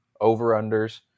over-unders